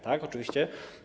Tak, oczywiście.